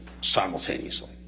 simultaneously